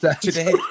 Today